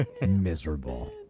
miserable